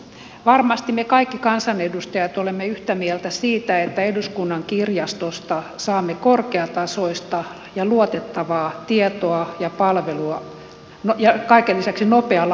varmasti me kaikki kansanedustajat olemme yhtä mieltä siitä että eduskunnan kirjastosta saamme korkeatasoista ja luotettavaa tietoa ja palvelua kaiken lisäksi nopealla aikataululla